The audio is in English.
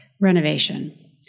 renovation